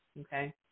Okay